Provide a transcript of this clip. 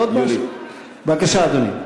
בבקשה, אדוני.